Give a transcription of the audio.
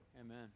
Amen